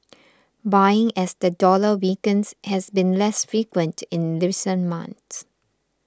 buying as the dollar weakens has been less frequent in recent months